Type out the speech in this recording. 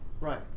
Right